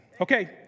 Okay